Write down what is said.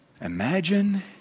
Imagine